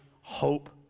hope